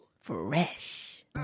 Fresh